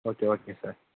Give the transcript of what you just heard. okay okay sir